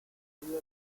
ayuda